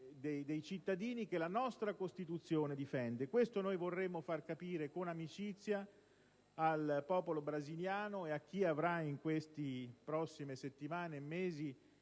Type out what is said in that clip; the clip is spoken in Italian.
di cittadini che la nostra Costituzione difende. Questo noi vorremmo far capire, con amicizia, al popolo brasiliano e a chi avrà, nelle prossime settimane e nei